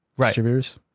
distributors